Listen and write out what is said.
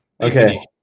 okay